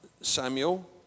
Samuel